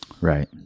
Right